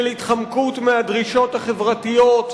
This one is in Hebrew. של התחמקות מהדרישות החברתיות,